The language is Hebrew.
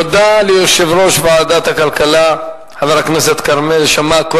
תודה ליושב-ראש ועדת הכלכלה, חבר הכנסת כרמל שאמה.